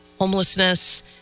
homelessness